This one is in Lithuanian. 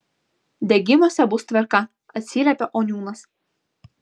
degimuose bus tvarka atsiliepia oniūnas